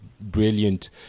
brilliant